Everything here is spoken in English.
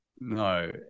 no